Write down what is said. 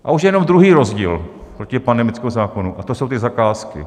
A už jenom druhý rozdíl proti pandemickému zákonu, a to jsou ty zakázky.